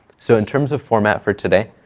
so, in terms of format for today,